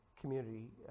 community